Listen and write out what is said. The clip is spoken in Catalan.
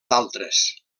d’altres